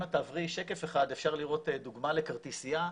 אפשר לראות דוגמא לכרטיסיה.